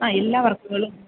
ആ എല്ലാ വർക്കുകളും